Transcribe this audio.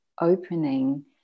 opening